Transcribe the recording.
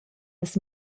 las